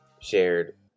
shared